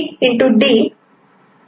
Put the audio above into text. ' आहे